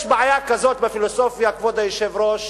יש בעיה כזאת בפילוסופיה, כבוד היושב-ראש,